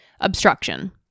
obstruction